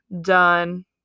Done